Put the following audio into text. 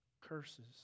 curses